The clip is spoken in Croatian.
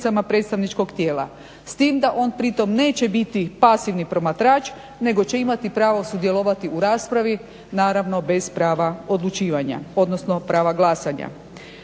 predstavničkog tijela s tim da on pritom neće biti pasivni promatrač nego će imati pravo sudjelovati u raspravi naravno bez prava odlučivanja, odnosno prava glasanja.